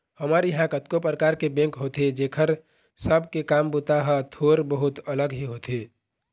हमर इहाँ कतको परकार के बेंक होथे जेखर सब के काम बूता ह थोर बहुत अलग ही होथे